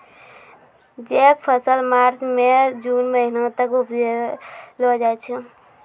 जैद फसल मार्च सें जून महीना तक उपजैलो जाय छै